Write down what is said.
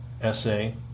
essay